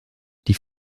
die